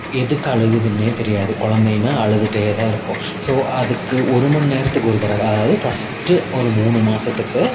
எதுக்கு அழுகுதுன்னே தெரியாது குலந்தைன்னா அழுதுட்டே தான் இருக்கும் ஸோ அதுக்கு ஒரு மணிநேரத்துக்கு ஒரு தடவை அதாவது ஃபஸ்ட்டு ஒரு மூணு மாதத்துக்கு